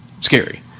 scary